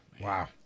Wow